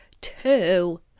Two